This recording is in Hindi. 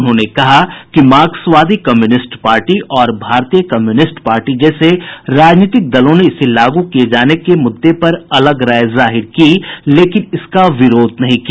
उन्होंने कहा कि मार्क्सवादी कम्युनिस्ट पार्टी और भारतीय कम्युनिस्ट पार्टी जैसे राजनीतिक दलों ने इसे लागू किये जाने के मुद्दे पर अलग राय जाहिर की लेकिन इसका विरोध नहीं किया